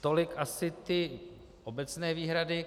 Tolik asi ty obecné výhrady.